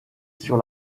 sur